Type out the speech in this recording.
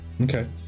Okay